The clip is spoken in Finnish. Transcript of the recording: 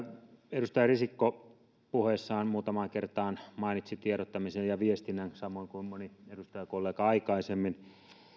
edustaja risikko puheessaan muutamaan kertaan mainitsi tiedottamisen ja viestinnän samoin kuin moni edustajakollega aikaisemmin